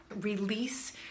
release